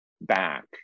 back